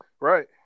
Right